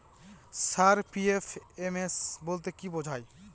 Sir PFMS বলতে কি বোঝায়?